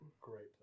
Great